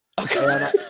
Okay